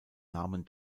namen